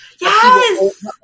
Yes